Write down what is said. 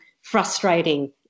frustrating